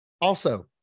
also-